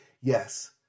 yes